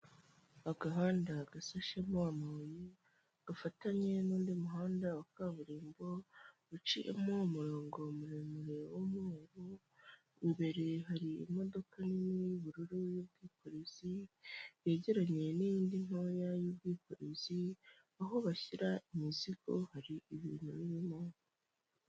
Agahanda gasashemo amabuye, gafatanye n'undi muhanda wa kaburimbo, uciyemo umurongo muremure w'uweru, imbere hari imodoka nini y'ubururu, y'ubwikorezi, yegeranye n'iyindi ntoya y'ubwikorezi, aho bashyira imizigo hari ibintu birimo.